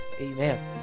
Amen